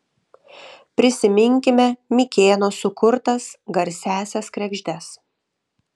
prisiminkime mikėno sukurtas garsiąsias kregždes